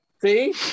see